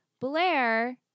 Blair